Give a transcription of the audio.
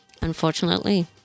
unfortunately